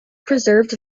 preserved